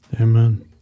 Amen